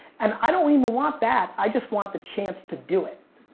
and i don't even want that, i just want the chance to do it.